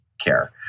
care